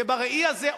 ובראי הזה,